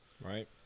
Right